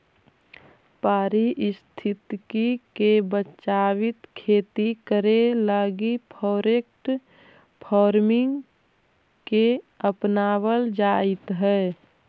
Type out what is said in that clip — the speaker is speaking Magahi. पारिस्थितिकी के बचाबित खेती करे लागी फॉरेस्ट फार्मिंग के अपनाबल जाइत हई